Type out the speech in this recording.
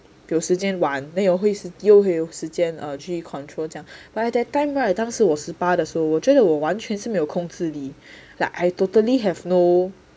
有时间玩那又会有时间去 control 这样 but I that time [right] 当时我十八的时候我觉得我完全是没有控制力 like I totally have no